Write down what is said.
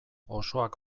osoak